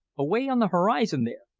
away on the horizon there,